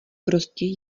prostě